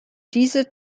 diese